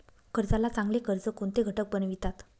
कर्जाला चांगले कर्ज कोणते घटक बनवितात?